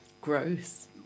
Gross